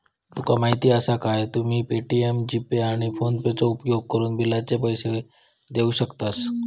तुका माहीती आसा काय, तुम्ही पे.टी.एम, जी.पे, आणि फोनेपेचो उपयोगकरून बिलाचे पैसे देऊ शकतास